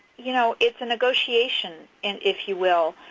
you know, it's a negotiation, and if you will.